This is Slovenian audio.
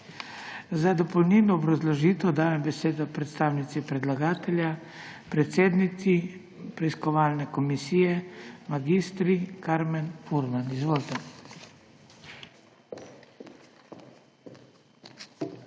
Za dopolnilno obrazložitev dajem besedo predstavnici predlagatelja, predsednici preiskovalne komisije mag. Karmen Furman. Izvolite.